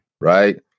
right